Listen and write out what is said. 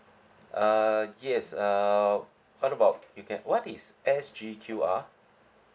uh yes uh what about you can what is S_G_Q_R